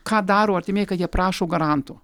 ką daro artimieji kai jie prašo garanto